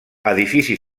edifici